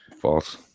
False